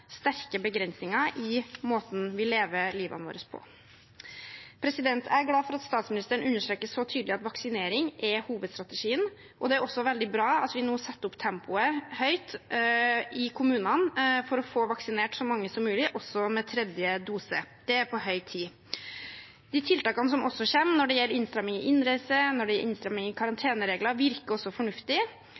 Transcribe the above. sterke begrensninger i måten vi lever livet vårt på. Jeg er glad for at statsministeren understreker så tydelig at vaksinering er hovedstrategien, og det er også veldig bra at vi nå setter opp tempoet i kommunene for å få vaksinert så mange som mulig også med tredje dose. Det er på høy tid. De tiltakene som kommer når det gjelder innstramning i innreise-